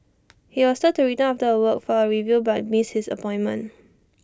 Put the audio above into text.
he was after A week for A review but missed his appointment